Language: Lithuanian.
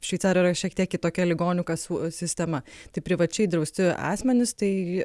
šveicarijoje yra šiek tiek kitokia ligonių kasų sistema tai privačiai drausti asmenys tai